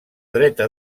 dreta